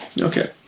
Okay